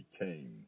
came